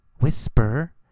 whisper